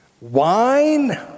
wine